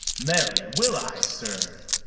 marry, will i, sir.